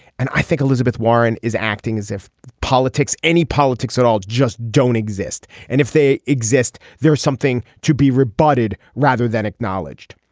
and i think elizabeth warren is acting as if politics any politics at all just don't exist. and if they exist there's something to be rebutted rather than acknowledged.